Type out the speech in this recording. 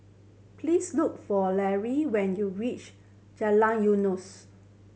please look for when you reach Jalan Eunos